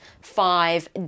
five